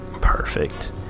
Perfect